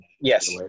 yes